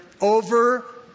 over